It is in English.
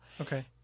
Okay